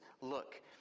Look